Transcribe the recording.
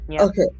okay